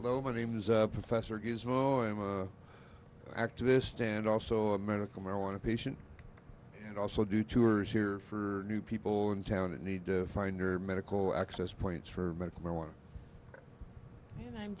though my name's professor gizmo and activist and also a medical marijuana patient and also do tours here for new people in town that need to find your medical access points for medical marijuana